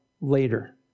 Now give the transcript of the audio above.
later